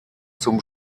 zum